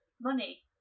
money